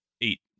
eight